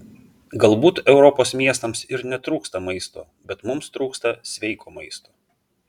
galbūt europos miestams ir netrūksta maisto bet mums trūksta sveiko maisto